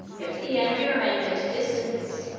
if the enemy remained at a distance,